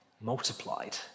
multiplied